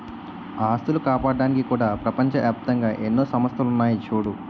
ఆస్తులు కాపాడ్డానికి కూడా ప్రపంచ ఏప్తంగా ఎన్నో సంస్థలున్నాయి చూడూ